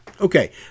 Okay